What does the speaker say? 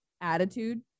attitude